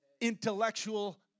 intellectual